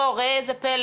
ראה איזה פלא,